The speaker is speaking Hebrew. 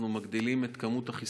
אנחנו מגדילים את מספר החיסונים.